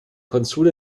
konsul